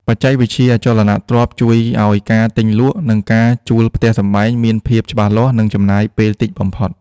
បច្ចេកវិទ្យាអចលនទ្រព្យជួយឱ្យការទិញលក់ និងការជួលផ្ទះសម្បែងមានភាពច្បាស់លាស់ និងចំណាយពេលតិចបំផុត។